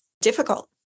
difficult